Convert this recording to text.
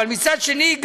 אבל מצד שני,